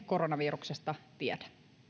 koronaviruksesta tiedä